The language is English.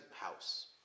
house